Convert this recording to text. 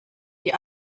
die